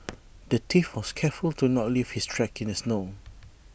the thief was careful to not leave his tracks in the snow